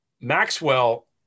Maxwell